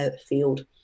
field